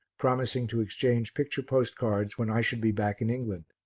promising to exchange picture postcards when i should be back in england.